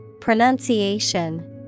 Pronunciation